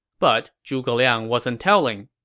but zhuge liang wasn't telling.